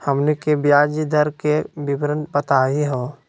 हमनी के ब्याज दर के विवरण बताही हो?